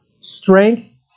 strength